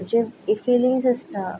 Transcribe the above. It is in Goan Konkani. जें फिलींग्स आसता